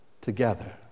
together